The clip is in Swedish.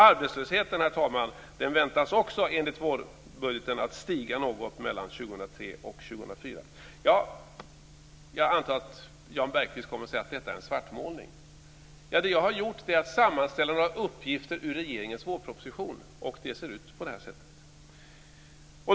Arbetslösheten väntas också stiga något mellan Jag antar att Jan Bergqvist kommer att säga att detta är en svartmålning. Jag har sammanställt några uppgifter ur regeringens vårproposition, och det ser ut på det här sättet.